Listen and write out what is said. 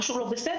משהו לא בסדר,